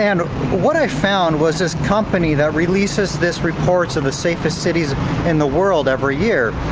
and what i found was this company that releases these reports of the safest cities in the world every year.